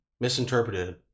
misinterpreted